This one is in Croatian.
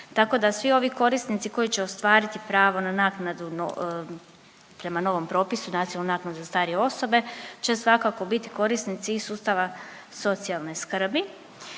Tako da svi ovi korisnici koji će ostvariti pravo na naknadu prema novom propisu Nacionalnu naknadu za starije osobe će svakako biti korisnici i sustava socijalne skrbi.